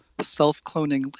self-cloning